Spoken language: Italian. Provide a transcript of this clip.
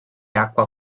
acqua